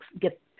get